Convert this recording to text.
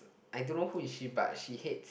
I don't know who is she but she hates